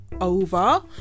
over